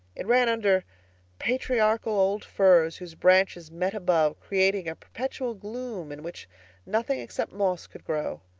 it ran under patriarchal old firs whose branches met above, creating a perpetual gloom in which nothing except moss could grow.